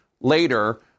later